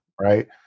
Right